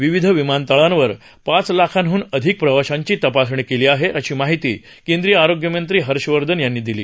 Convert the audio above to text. विविध विमानतळांवर पाच लाखांहन अधिक प्रवाशांची तपासणी केली आहे अशी माहिती केंद्रिय आरोग्यमंत्री हर्षवर्धन यांनी दिली